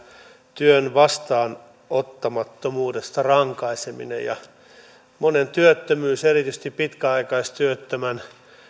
työn vastaanottamattomuudesta rankaiseminen monen työttömyys erityisesti pitkäaikaistyöttömän